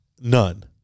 none